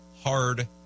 hard